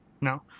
no